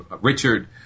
Richard